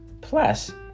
plus